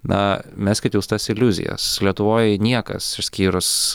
na meskit jūs tas iliuzijas lietuvoj niekas išskyrus